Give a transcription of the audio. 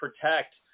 protect